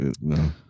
No